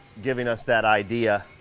giving us that idea.